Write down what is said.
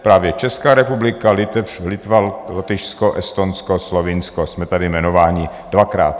Právě Česká republika, Litva, Lotyšsko, Estonsko, Slovinsko, jsme tady jmenováni dvakrát.